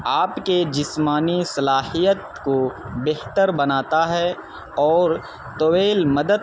آپ کے جسمانی صلاحیت کو بہتر بناتا ہے اور طویل مدد